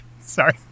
Sorry